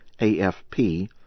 AFP